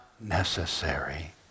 necessary